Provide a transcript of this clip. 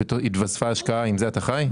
מישראל והתווספה השקעה, עם זה אתה חי?